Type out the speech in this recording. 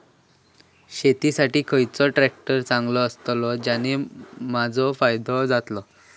शेती साठी खयचो ट्रॅक्टर चांगलो अस्तलो ज्याने माजो फायदो जातलो?